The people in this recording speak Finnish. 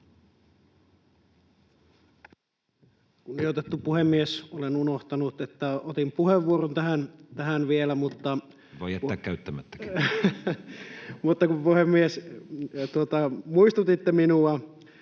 Kunnioitettu puhemies! Olin unohtanut, että otin puheenvuoron tähän vielä, mutta kun... ...puhemies, muistutitte minua,